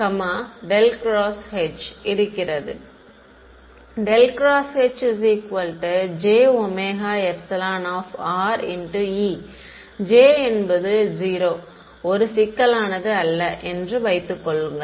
மாணவர் ∇× H jωεE J என்பது 0 ஒரு சிக்கலானது அல்ல என்று வைத்துக் கொள்ளுங்கள்